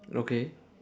okay